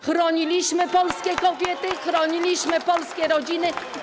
Chroniliśmy polskie kobiety, chroniliśmy polskie rodziny.